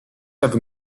have